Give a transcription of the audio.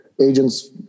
agents